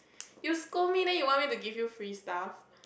you scold me then you want me to give you free stuff